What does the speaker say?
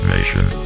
Nation